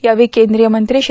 यावेळी केंदीय मंत्री श्री